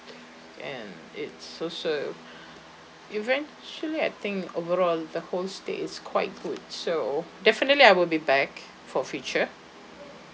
and it's also eventually I think overall the whole stay is quite good so definitely I will be back for future